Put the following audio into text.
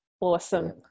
awesome